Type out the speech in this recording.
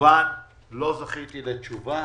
וכמובן לא זכיתי לתשובה,